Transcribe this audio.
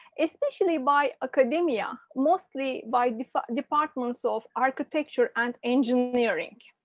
especially by accademia, mostly by departments of architecture and engineering.